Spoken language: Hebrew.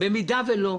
במידה שלא,